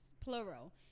plural